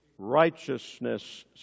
righteousness